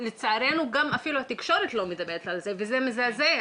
לצערנו גם התקשורת לא מדברת על זה וזה מזעזע.